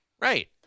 Right